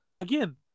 Again